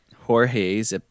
Jorge's